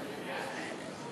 אני עבדתי במערכת